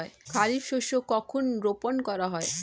খারিফ শস্য কখন রোপন করা হয়?